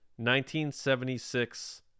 1976